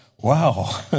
wow